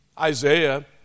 Isaiah